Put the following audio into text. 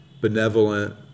benevolent